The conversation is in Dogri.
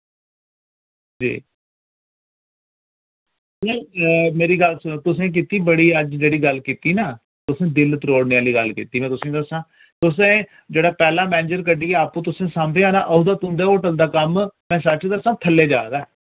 जी नेईं मेरी गल्ल सुनो तुसें कीत्ति बड़ी अज जेह्ड़ी गल्ल कीत्ति ना तुसें दिल त्रोड़ने आह्ली गल्ल कीत्ति में तुसें दस्सां तुसें जेह्ड़ा पैह्ला मैनेंजर कड्ढियै अप्पू तुसें सांभेया ना अदूं दा तुंदे होटल दा कम्म में सच दस्सां थल्ले जा दा ऐ